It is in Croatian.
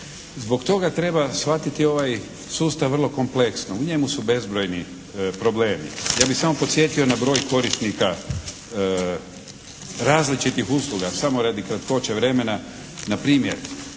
Zbog toga treba shvatiti ovaj sustav vrlo kompleksno. U njemu su bezbrojni problemi. Ja bih samo podsjetio na broj korisnika različitih usluga, samo radi kratkoće vremena. Npr.